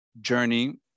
journey